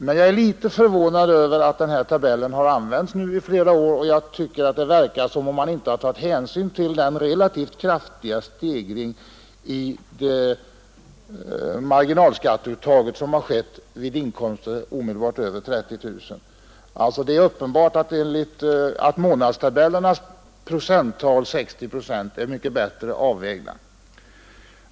Men jag är litet förvånad över att trots att den här tabellen nu använts i flera år så verkar det som om man inte tagit hänsyn till den relativt kraftiga stegring i marginalskatteuttaget som har skett vid inkomster omedelbart över 30 000. Det är uppenbart att månadstabellernas procenttal, 60 procent, är mycket bättre avvägt.